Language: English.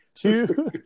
Two